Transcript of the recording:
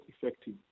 effective